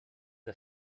der